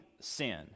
sin